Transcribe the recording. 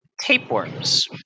tapeworms